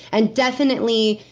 and definitely,